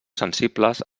sensibles